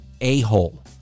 a-hole